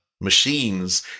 machines